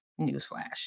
newsflash